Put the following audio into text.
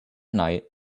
night